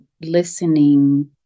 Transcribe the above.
listening